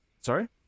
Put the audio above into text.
Sorry